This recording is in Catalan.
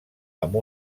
amb